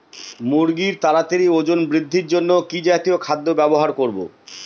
মুরগীর তাড়াতাড়ি ওজন বৃদ্ধির জন্য কি জাতীয় খাদ্য ব্যবহার করব?